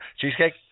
Cheesecake